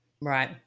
right